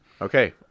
Okay